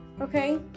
okay